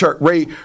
Ray